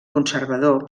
conservador